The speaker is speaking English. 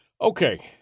Okay